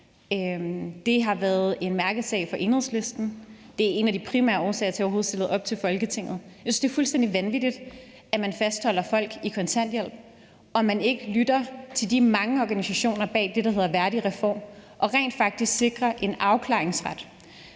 Det har været en mærkesag for Enhedslisten, og det er en af de primære årsager til, at jeg overhovedet stillede op til Folketinget. Jeg synes, det er fuldstændig vanvittigt, at man fastholder folk i kontanthjælp, og at man ikke lytter til de mange organisationer bag det, der hedder VærdigReform, og rent faktisk sikrer en afklaringsret.